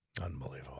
Unbelievable